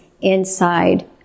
inside